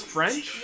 French